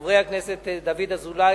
חבר הכנסת דוד אזולאי,